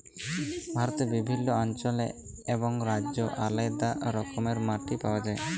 ভারতে বিভিল্ল্য অল্চলে এবং রাজ্যে আলেদা রকমের মাটি পাউয়া যায়